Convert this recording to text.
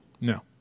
No